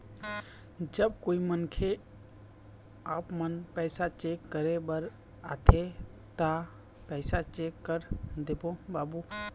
जब कोई मनखे आपमन पैसा चेक करे बर आथे ता पैसा चेक कर देबो बाबू?